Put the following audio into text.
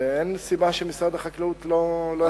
אין סיבה שמשרד החקלאות לא יאשר.